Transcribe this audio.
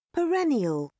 Perennial